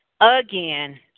Again